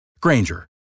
Granger